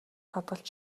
хадгалж